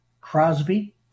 Crosby